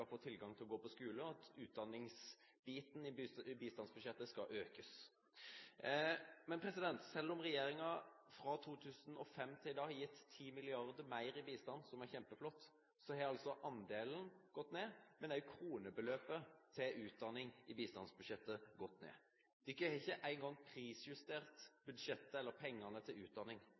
få adgang til å gå på skole, og at utdanningsbiten i bistandsbudsjettet skal økes. Men selv om regjeringen fra 2005 og fram til i dag har gitt 10 mrd. kr mer til bistand – som er kjempeflott – har altså andelen gått ned. Også kronebeløpet til utdanning har gått ned. En har ikke engang prisjustert budsjettet, eller pengene til utdanning.